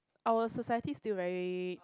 our society's still very